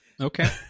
Okay